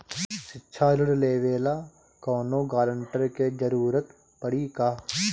शिक्षा ऋण लेवेला कौनों गारंटर के जरुरत पड़ी का?